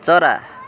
चरा